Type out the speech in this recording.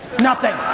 nothing.